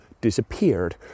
disappeared